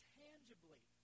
tangibly